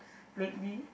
lately